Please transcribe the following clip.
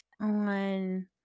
on